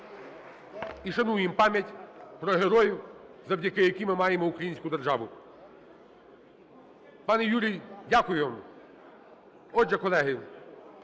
і шануємо пам'ять про героїв, завдяки яким ми маємо українську державу. Пане Юрій, дякую вам. Отже, колеги,